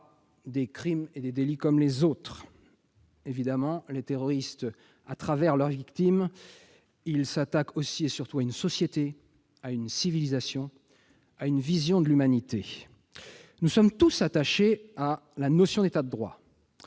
des crimes et des délits comme les autres. À travers leurs victimes, les terroristes s'attaquent aussi et surtout à une société, à une civilisation et à une vision de l'humanité. Nous sommes tous attachés à la notion d'État de droit.